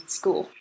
school